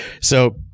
So-